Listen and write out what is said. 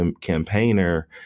campaigner